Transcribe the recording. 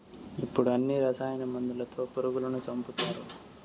ఇప్పుడు అన్ని రసాయన మందులతో పురుగులను సంపుతారు